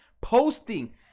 posting